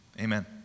Amen